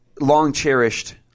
long-cherished